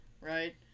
Right